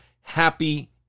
Happy